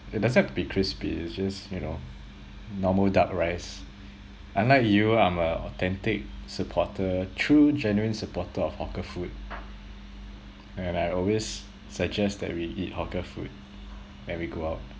it doesn't have to be crispy it's just you know normal duck rice unlike you I'm a authentic supporter true genuine supporter of hawker food and I always suggest that we eat hawker food when we go out